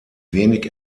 wenig